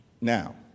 now